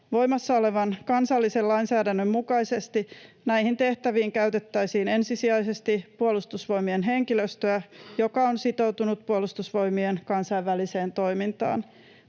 Voimassa olevan kansallisen lainsäädännön mukaisesti näihin tehtäviin käytettäisiin ensisijaisesti Puolustusvoimien henkilöstöä, joka on sitoutunut Puolustusvoimien kansainväliseen toimintaan.